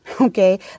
okay